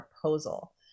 proposal